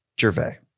Gervais